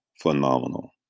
phenomenal